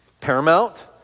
paramount